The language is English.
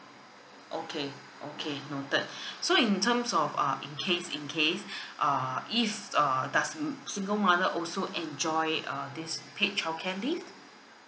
okay okay noted so in terms of uh in case in case uh if err does m~ single mother also enjoy uh this paid childcare leave